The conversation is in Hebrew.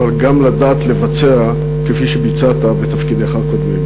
אבל גם לדעת לבצע, כפי שביצעת בתפקידיך הקודמים.